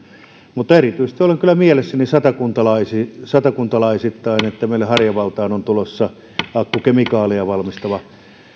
mutta erityisesti olen kyllä mielissäni satakuntalaisittain satakuntalaisittain että meille harjavaltaan on tulossa akkukemikaaleja valmistava